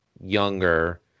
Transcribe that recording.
younger